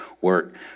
work